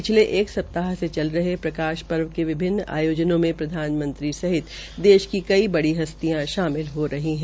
शिखले एक सप्ताह में चल रहे प्रकाशशर्व के विभिन्न आयोजनों में प्रधानमंत्री सहित देश की कई बड़ी हस्तियां शामिल हो रही है